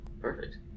Perfect